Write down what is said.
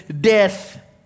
death